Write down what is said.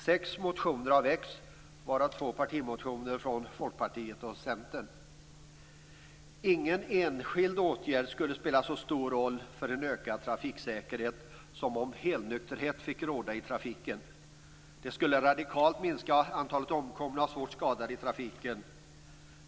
Sex motioner har väckts varav två partimotioner från Folkpartiet och Centern. Ingen enskild åtgärd skulle spela så stor roll för en ökad trafiksäkerhet som om helnykterhet fick råda i trafiken. Det skulle radikalt minska antalet omkomna och svårt skadade i trafiken.